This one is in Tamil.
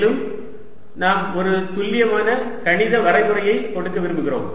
மேலும் நாம் ஒரு துல்லியமான கணித வரையறையை கொடுக்க விரும்புகிறோம்